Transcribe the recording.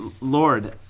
Lord